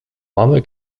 mamy